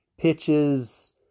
pitches